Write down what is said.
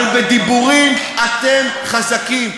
אבל בדיבורים אתם חזקים.